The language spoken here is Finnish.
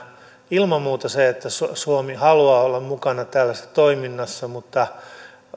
ilman muuta sen että suomi haluaa olla mukana tällaisessa toiminnassa niin